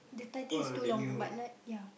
the title is too long but like ya